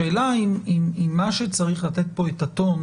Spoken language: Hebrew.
השאלה אם מה שצריך לתת כאן את הטון,